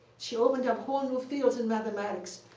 she opened up whole new fields in mathematics,